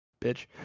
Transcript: bitch